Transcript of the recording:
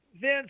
Vince